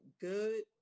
good